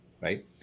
Right